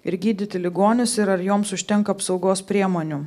ir gydyti ligonius ir ar joms užtenka apsaugos priemonių